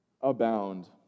abound